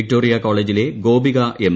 Victoria കോളേജിലെ Gopika M